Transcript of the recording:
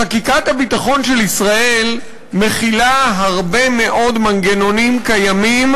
חקיקת הביטחון של ישראל מכילה הרבה מאוד מנגנונים קיימים